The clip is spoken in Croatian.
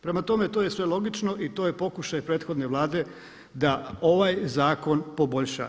Prema tome to je sve logično i to je pokušaj prethodne Vlade da ovaj zakon poboljša.